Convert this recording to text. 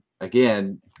again